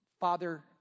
father